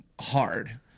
Hard